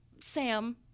Sam